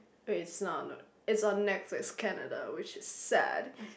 wait it's not on it's on Netflix Canada which is sad